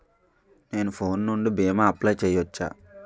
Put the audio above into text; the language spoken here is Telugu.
నేను ఫోన్ నుండి భీమా అప్లయ్ చేయవచ్చా?